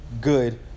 good